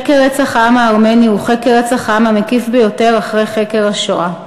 חקר רצח העם הארמני הוא חקר רצח העם המקיף ביותר אחרי חקר השואה.